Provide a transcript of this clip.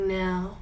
now